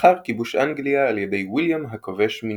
לאחר כיבוש אנגליה על ידי ויליאם הכובש מנורמנדי.